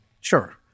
Sure